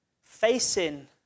Facing